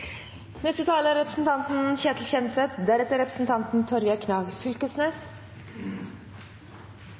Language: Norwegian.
Neste taler er representanten